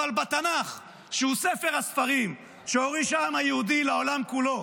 אבל בתנ"ך שהוא ספר הספרים שהוריש העם היהודי לעולם כולו,